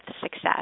success